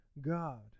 God